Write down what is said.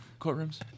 courtrooms